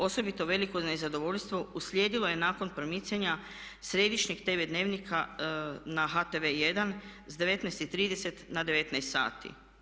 Osobito veliko nezadovoljstvo uslijedilo je nakon promicanja središnjeg tv Dnevnika na HTV1 s 19,30 na 19,00 sati.